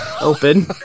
Open